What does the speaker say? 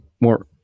more